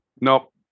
nope